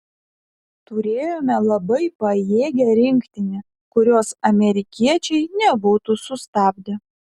turėjome labai pajėgią rinktinę kurios amerikiečiai nebūtų sustabdę